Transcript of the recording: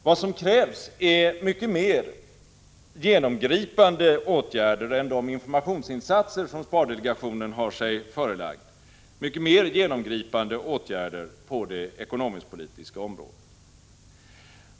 Vad som krävs är mycket mer genomgripande åtgärder än de informationsinsatser som spardelegationen har sig förelagda på det ekonomisk-politiska området.